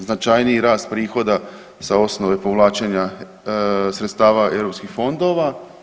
Značajniji rast prihoda sa osnove povlačenja sredstava europskih fondova.